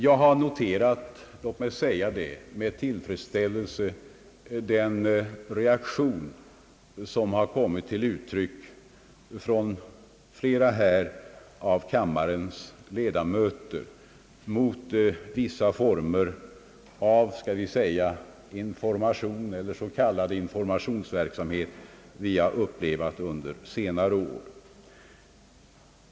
Jag har noterat — låt mig säga det — med tillfredsställelse den reaktion som har kommit till uttryck från flera av kammarens ledamöter mot vissa former av s.k. informationsverksamhet som vi har upplevt under senare år.